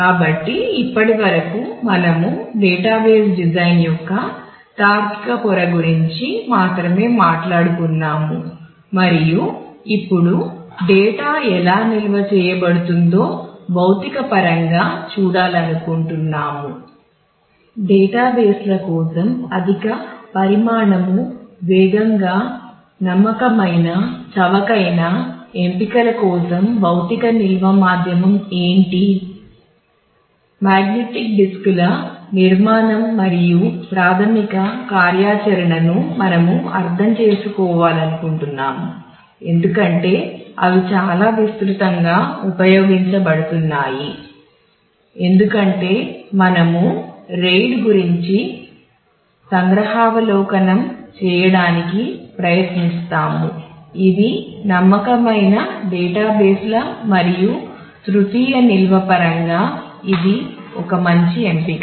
కాబట్టి ఇప్పటివరకు మనము డేటాబేస్ డిజైన్ మరియు తృతీయ నిల్వ పరంగా ఇది ఒక మంచి ఎంపిక